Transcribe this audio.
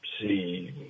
see